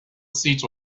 seats